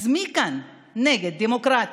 אז מי כאן נגד דמוקרטיה?